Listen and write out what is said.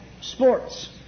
sports